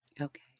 Okay